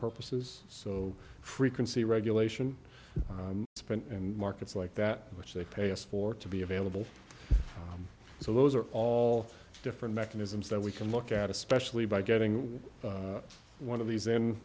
purposes so frequency regulation sprint and markets like that which they pay us for to be available so those are all different mechanisms that we can look at especially by getting one of these